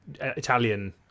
Italian